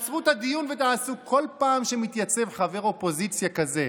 את הדיון, בכל פעם שמתייצב חבר אופוזיציה כזה,